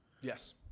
Yes